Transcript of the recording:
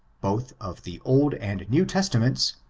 both of the old and new testaments,